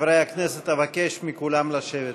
חברי הכנסת, אבקש מכולם לשבת.